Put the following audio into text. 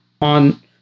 on